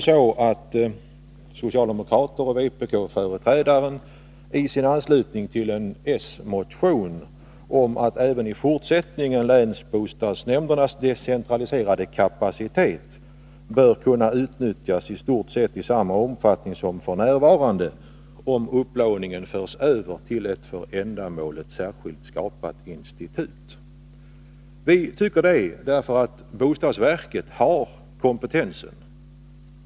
Socialdemokraterna och vpk-företrädaren ger sin anslutning till en s-motion om att även i fortsättningen länsbostadsnämndernas decentraliserade kapacitet bör kunna utnyttjas i stort sett i samma omfattning som f. n., om upplåningen förs över till ett för ändamålet särskilt skapat institut. Vi tycker det, därför att bostadsverket har kompetensen.